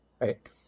Right